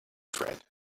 friend